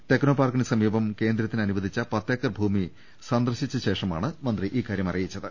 techno പാർക്കിന് സമീപം കേന്ദ്രത്തിന് അനുവദിച്ച പത്തേക്കർ ഭൂമി സന്ദർശിച്ച ശേഷ മാണ് മന്ത്രി ഇക്കാര്യമറിയിച്ചത്